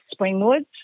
Springwood